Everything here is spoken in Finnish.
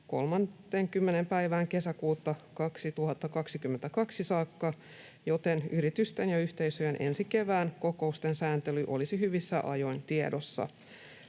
30. päivään kesäkuuta 2022 saakka, joten yritysten ja yhteisöjen ensi kevään kokousten sääntely olisi hyvissä ajoin tiedossa.